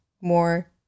more